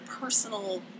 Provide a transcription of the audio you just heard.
personal